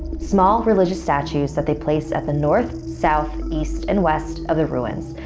small religious statues that they placed at the north, south, east and west of the ruins,